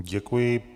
Děkuji.